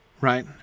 right